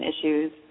issues